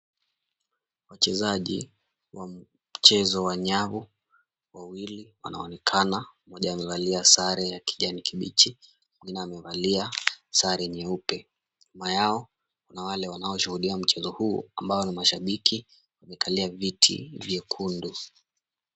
Wachezaji wa mchezo wa nyavu wawili wanaonekana mmoja amevalia sare ya kijani kibichi, mwengine amevalia sare nyeupe. Nyuma yao kuna wale wanaoshuhudia mchezo huu ambao ni mashabiki wamekalia viti vyekundu.